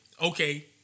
Okay